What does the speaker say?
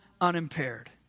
unimpaired